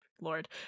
Lord